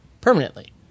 permanently